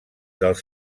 dels